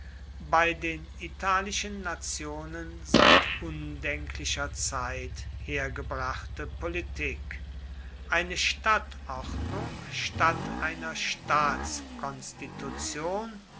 bei den italischen nationen seit undenklicher zeit hergebrachte politik eine stadtordnung statt einer